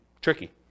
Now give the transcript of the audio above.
tricky